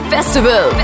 Festival